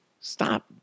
stop